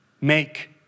make